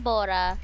Bora